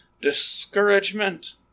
discouragement